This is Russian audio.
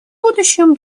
будущем